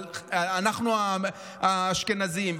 אנחנו האשכנזים,